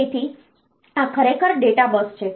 તેથી આ ખરેખર ડેટા બસ છે